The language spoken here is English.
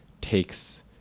takes